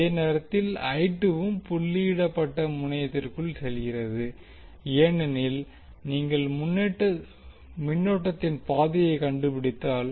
அதே நேரத்தில் வும் புள்ளியிடப்பட்ட முனையத்திற்குள் செல்கிறது ஏனெனில் நீங்கள் மின்னோட்டத்தின் பாதையை கண்டுபிடித்தால்